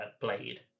blade